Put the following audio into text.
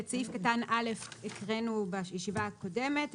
את סעיף קטן (א) הקראנו בישיבה הקודמת.